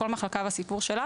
כל מחלקה עם הסיפור שלה